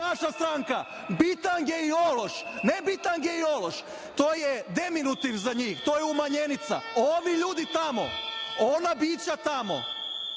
vaša stranka. Bitange i ološ, ne bitange i ološ, to je deminutiv za njih, to je umanjenica. Ovi ljudi tamo, ona bića tamo,